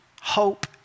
hope